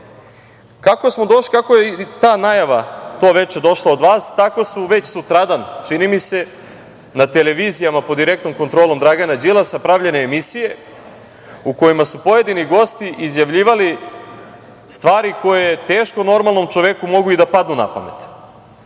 Kako je ta najava to veče došla od vas, tako su već sutradan, čini mi se, na televizijama pod direktnom kontrolom Dragana Đilasa pravljene emisije u kojima su pojedini gosti izjavljivali stvari koje teško normalnom čoveku mogu i da padnu na pamet. Naime,